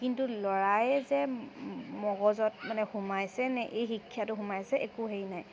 কিন্তু ল'ৰাই যে মগজত মানে সোমাইছেনে এই শিক্ষাটো সোমাইছে একো হেৰি নাই